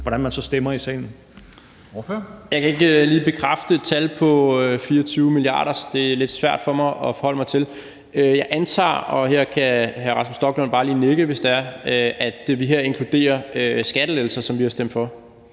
14:19 Rasmus Jarlov (KF): Jeg kan ikke lige bekræfte et tal på 24 mia. kr. Det er lidt svært for mig at forholde mig til. Jeg antager – og her kan hr. Rasmus Stoklund bare lige nikke, hvis det er – at vi her inkluderer skattelettelser, som vi har stemt for.